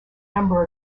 number